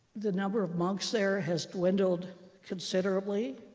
the number of monks there has dwindled considerably.